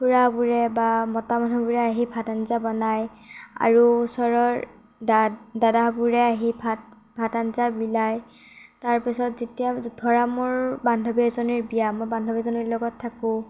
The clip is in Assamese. খুড়াবোৰে বা মতা মানুহবোৰে আহি ভাত আঞ্জা বনাই আৰু ওচৰৰ দা দাদাবোৰে আহি ভাত ভাত আঞ্জা বিলায় তাৰ পাছত যেতিয়া ধৰা মোৰ বান্ধৱী এজনীৰ বিয়া মই বান্ধৱীজনীৰ লগত থাকোঁ